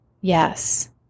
Yes